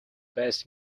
best